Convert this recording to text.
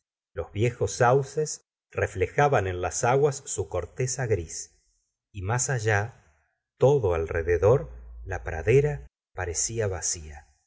los viejos sauces reflejaban en las aguas su corteza gris más allá todo alrededor la pradera parecía vacía